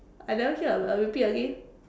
I never hear uh repeat again